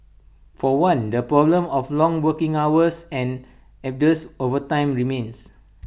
for one their problem of long working hours and arduous overtime remains